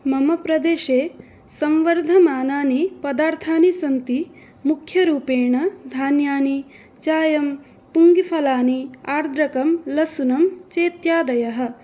मम प्रदेशे संवर्धमानानि पदार्थानि सन्ति मुख्यरूपेण धान्यानि चायं पूगीफलानि आर्द्रकं लशुनं चेत्यादयः